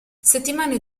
settimane